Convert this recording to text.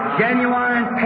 genuine